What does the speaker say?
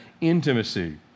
intimacy